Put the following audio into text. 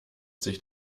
sich